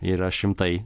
yra šimtai